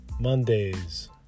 mondays